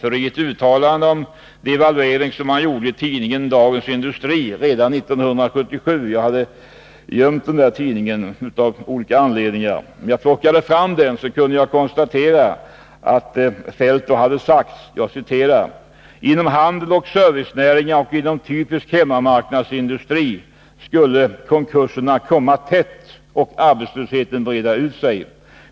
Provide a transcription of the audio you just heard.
I ett uttalande om devalvering, som han gjorde i tidningen Dagens Industri år 1977 — jag hade gömt den tidningen, av olika anledningar — sade han: ”Inom handel och servicenäringar och inom typisk hemmamarknadsindustri skulle konkurserna komma tätt och arbetslösheten breda ut sig.